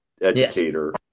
educator